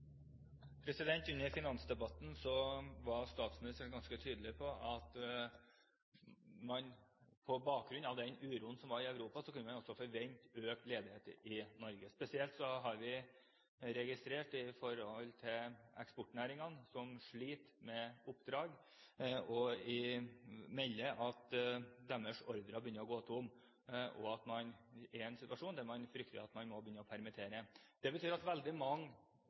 Under finansdebatten var statsministeren ganske tydelig på at man på bakgrunn av den uroen som var i Europa, kunne forvente økt ledighet i Norge. Spesielt har vi registrert dette når det gjelder eksportnæringene, som sliter med oppdrag, og som melder at ordrebøkene deres begynner å bli tomme. De er i en situasjon der de frykter at de må begynne å permittere. Det betyr at veldig mange